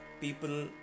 people